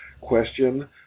question